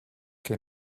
que